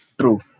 True